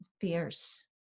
fierce